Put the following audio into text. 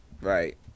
Right